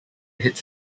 hits